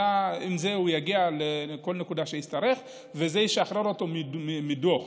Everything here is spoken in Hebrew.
עם זה הוא יגיע לכל נקודה שיצטרך וזה ישחרר אותו מדוח.